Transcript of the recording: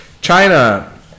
china